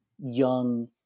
young